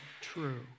true